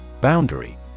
Boundary